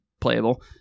playable